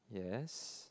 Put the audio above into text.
yes